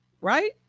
right